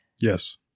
Yes